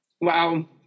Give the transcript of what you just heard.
Wow